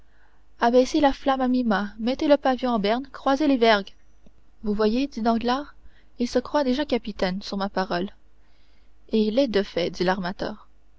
la flamme à mi mât mettez le pavillon en berne croisez les vergues vous voyez dit danglars il se croit déjà capitaine sur ma parole et il l'est de fait dit l'armateur